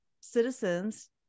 citizens